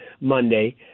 Monday